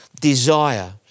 desire